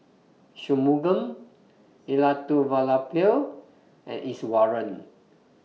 Shunmugam Elattuvalapil and Iswaran